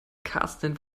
karsten